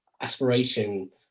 aspiration